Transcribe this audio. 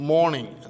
Morning